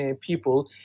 people